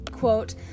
Quote